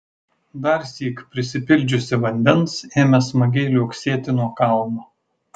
darsyk prisipildžiusi vandens ėmė smagiai liuoksėti nuo kalno